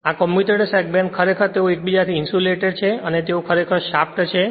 આ commutator segment ખરેખર તેઓ એકબીજાથી ઇન્સ્યુલેટેડ છે અને તેઓ ખરેખર તે શાફ્ટ છે